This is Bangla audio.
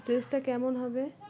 ড্রেসটা কেমন হবে